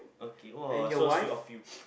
okay !wah! so sweet of you